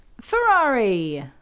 Ferrari